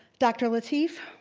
dr. lateef,